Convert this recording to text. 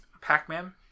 Pac-Man